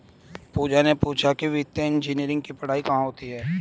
पूजा ने पूछा कि वित्तीय इंजीनियरिंग की पढ़ाई कहाँ होती है?